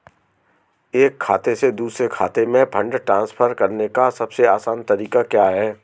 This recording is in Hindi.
एक खाते से दूसरे खाते में फंड ट्रांसफर करने का सबसे आसान तरीका क्या है?